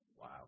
Wow